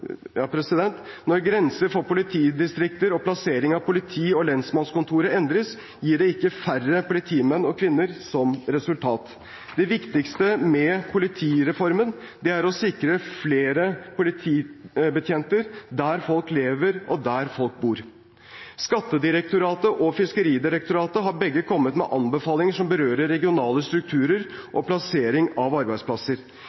politidistrikter og plassering av politi- og lensmannskontorer endres, gir ikke det færre politimenn og -kvinner som resultat. Det viktigste med politireformen er å sikre flere politibetjenter der folk lever og bor. Skattedirektoratet og Fiskeridirektoratet har begge kommet med anbefalinger som berører regionale strukturer og plassering av